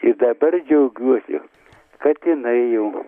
ir dabar džiaugiuosi kad jinai jau